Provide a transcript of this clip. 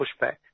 pushback